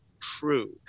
true